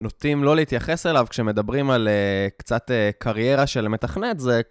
נוטים לא להתייחס אליו, כשמדברים על קצת קריירה של מתכנת זה...